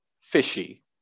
fishy